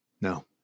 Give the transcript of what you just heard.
no